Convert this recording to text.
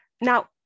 Now